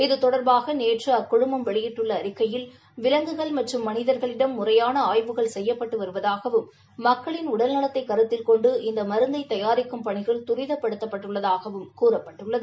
இது தொடர்பாக நேற்று அக்குழுமம் வெளியிட்டுள்ள அறிக்கையில் விலங்குகள் மற்றும் மனிதர்களிடம் முறையான ஆய்வுகள் செய்யப்பட்டு வருவதாகவும் மக்களின் உடல் நலத்தை கருத்தில் கொண்டு இந்த மருந்தை தயாரிக்கும் பணிகள் துரிதப்படுத்தப்பட்டுள்ளதாகவும் கூறியுள்ளது